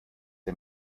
der